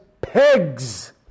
pegs